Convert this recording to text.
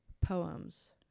poems